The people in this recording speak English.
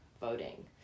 voting